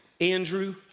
Andrew